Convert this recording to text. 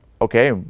okay